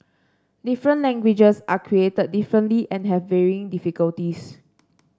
different languages are created differently and have varying difficulties